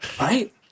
Right